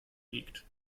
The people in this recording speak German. wiegt